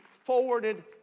forwarded